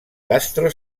castro